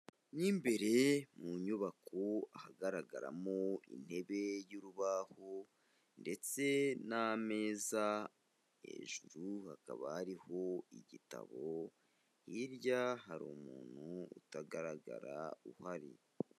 Mu imbere mu nyubako ahagaragaramo intebe y'urubaho ndetse n'ameza, hejuru hakaba hariho igitabo, hirya hari umuntu utagaragara uhari.